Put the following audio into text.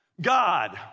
God